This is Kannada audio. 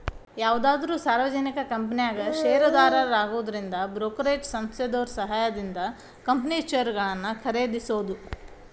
ಯಾವುದಾದ್ರು ಸಾರ್ವಜನಿಕ ಕಂಪನ್ಯಾಗ ಷೇರುದಾರರಾಗುದಂದ್ರ ಬ್ರೋಕರೇಜ್ ಸಂಸ್ಥೆದೋರ್ ಸಹಾಯದಿಂದ ಕಂಪನಿ ಷೇರುಗಳನ್ನ ಖರೇದಿಸೋದು